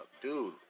dude